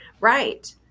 Right